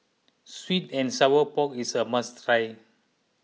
Sweet and Sour Pork is a must try